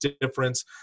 difference